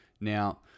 Now